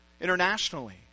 Internationally